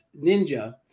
Ninja